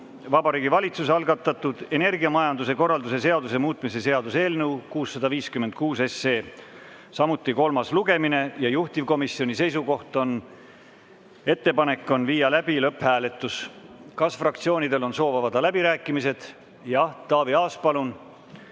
Vabariigi Valitsuse algatatud energiamajanduse korralduse seaduse muutmise seaduse eelnõu 656. Samuti kolmas lugemine. Juhtivkomisjoni ettepanek on viia läbi lõpphääletus. Kas fraktsioonidel on soov avada läbirääkimised? Jah, Taavi Aas, palun,